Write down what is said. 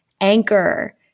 Anchor